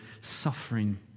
suffering